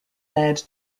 led